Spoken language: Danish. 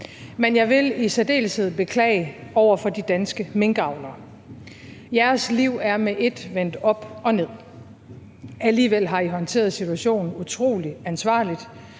Men jeg vil i særdeleshed beklage over for de danske minkavlere. Jeres liv er med et vendt op og ned, men alligevel har I håndteret situationen utrolig ansvarligt,